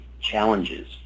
challenges